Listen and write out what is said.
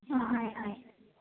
অঁ হয় হয়